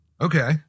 okay